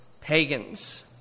pagans